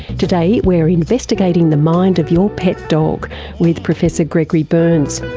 today we're investigating the mind of your pet dog with professor gregory berns.